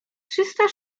trzysta